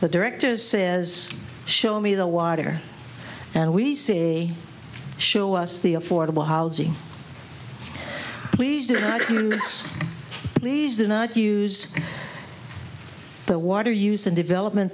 the directors says show me the water and we see show us the affordable housing units these do not use the water use and development